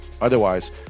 Otherwise